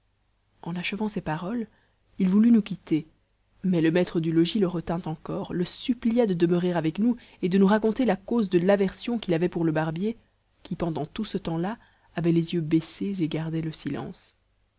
en achevant ces paroles il voulut nous quitter mais le maître du logis le retint encore le supplia de demeurer avec nous et de nous raconter la cause de l'aversion qu'il avait pour le barbier qui pendant tout ce temps-là avait les yeux baissés et gardait le silence